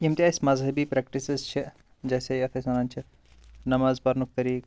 یِم تہِ اسۍ مَذہٕبی پرٛیکٹِسِز چھِ جیسے یَتھ أسۍ وَنان چھِ نماز پَرنُک طٔریٖق